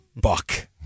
Buck